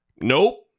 nope